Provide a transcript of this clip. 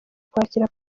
kwakira